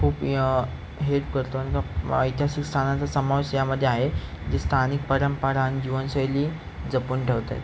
खूप हेल्प करतो आणि का ऐतिहासिक स्थानाचा समावेश यामध्ये आहे जे स्थानिक परंपरा आणि जीवनशैली जपून ठेवत आहेत